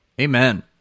Amen